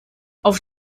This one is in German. auf